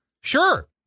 sure